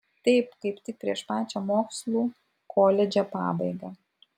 taip kaip tik prieš pačią mokslų koledže pabaigą